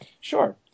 Sure